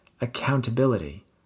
accountability